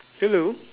hello